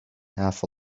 half